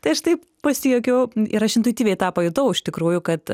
tai aš taip pasijuokiau ir aš intuityviai tą pajutau iš tikrųjų kad